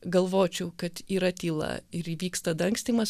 galvočiau kad yra tyla ir įvyksta dangstymas